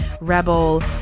rebel